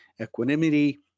Equanimity